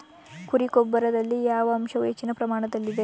ಕುರಿ ಗೊಬ್ಬರದಲ್ಲಿ ಯಾವ ಅಂಶವು ಹೆಚ್ಚಿನ ಪ್ರಮಾಣದಲ್ಲಿದೆ?